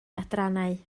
adrannau